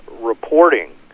reporting